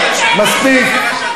מספיק.